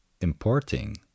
importing